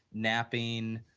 napping,